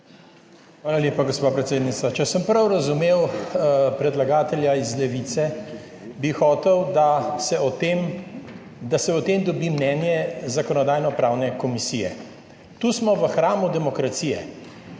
Hvala lepa, gospa predsednica. Če sem prav razumel predlagatelja iz Levice, bi hotel, da se o tem dobi mnenje Zakonodajno-pravne komisije Lapsus linguae. Pravilno